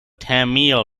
tamil